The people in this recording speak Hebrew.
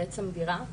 בעצם דירה,